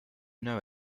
know